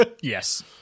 Yes